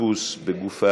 חיפוש בגוף,